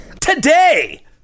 Today